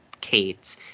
Kate